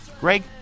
greg